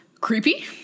creepy